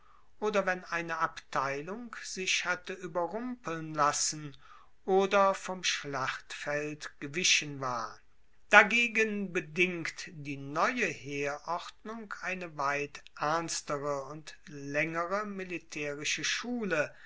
oder wenn eine abteilung sich hatte ueberrumpeln lassen oder vom schlachtfeld gewichen war dagegen bedingt die neue heerordnung eine weit ernstere und laengere militaerische schule